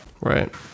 Right